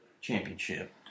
championship